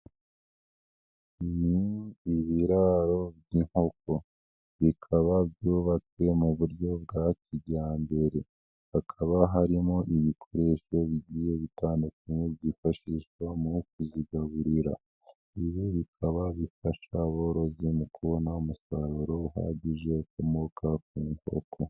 Ni ibiraro by'inkoko, bikaba byubatswe mu buryo bwa kijyambere, hakaba harimo ibikoresho bigiye bitandukanye byifashishwa mu kuzigaburira, ibi bikaba bifasha aborozi mu kubona umusaruro uhagije, ukomoka ku nkoko.